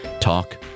Talk